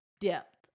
depth